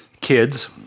kids